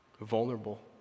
Vulnerable